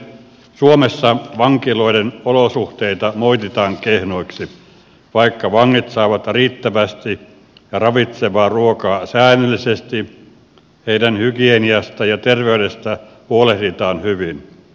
suomessa vankiloiden olosuhteita moititaan kehnoiksi vaikka vangit saavat riittävästi ravitsevaa ruokaa säännöllisesti heidän hygieniastaan ja terveydestään huolehditaan hyvin